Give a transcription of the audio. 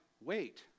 wait